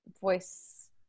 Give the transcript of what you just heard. voice